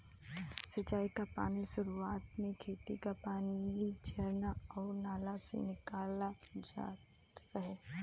सिंचाई क पानी सुरुवात में खेती क पानी झरना आउर नाला से निकालल जात रहे